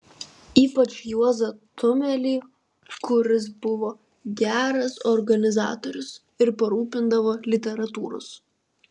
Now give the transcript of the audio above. ypač juozą tumelį kuris buvo geras organizatorius ir parūpindavo literatūros